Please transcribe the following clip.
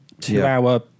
two-hour